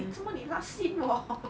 诶做莫你 last seen 我